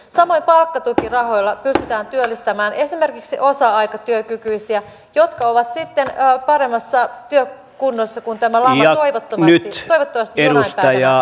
samoin palkkatukirahoilla pystytään työllistämään esimerkiksi osatyökykyisiä jotka ovat sitten paremmassa työkunnossa kun tämä lama toivottavasti jonain päivänä menee ohi